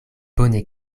bone